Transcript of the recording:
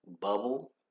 bubble